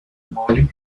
molly